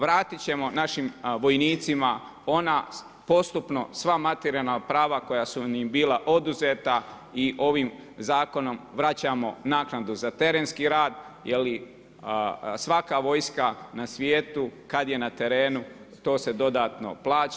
Vratit ćemo našim vojnicima ona postupno sva materijalna prava koja su im bila oduzeta i ovim zakonom vraćamo naknadu za terenski rad, jer svaka vojska na svijetu kad je na terenu to se dodatno plaća.